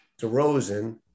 DeRozan